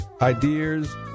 ideas